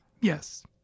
Yes